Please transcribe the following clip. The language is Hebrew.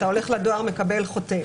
אתה הולך לדואר, מקבל וחותם.